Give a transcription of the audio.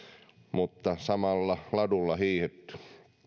mutta samalla ladulla on hiihdetty